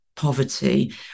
Poverty